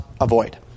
avoid